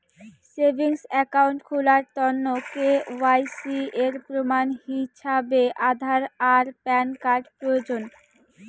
savings account খুলার তন্ন KYC এর প্রমাণ হিছাবে আধার আর প্যান কার্ড প্রয়োজন